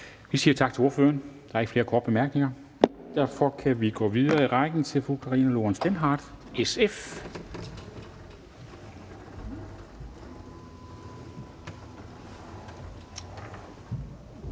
Vi siger tak til ordføreren. Der er ikke flere korte bemærkninger. Og derfor kan vi gå videre i rækken til fru Karina Lorentzen Dehnhardt, SF.